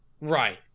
Right